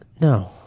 No